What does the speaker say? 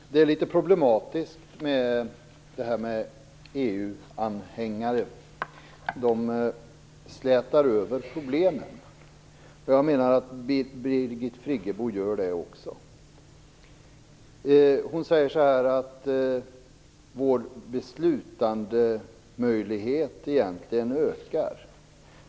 Fru talman! Det är litet problematiskt att EU anhängare slätar över problemen. Jag menar att även Birgit Friggebo gör det. Hon säger att vår beslutandemöjlighet egentligen ökar.